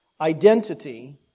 identity